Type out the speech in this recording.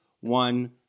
one